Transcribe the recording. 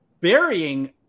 burying